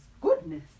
Goodness